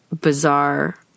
bizarre